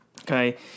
Okay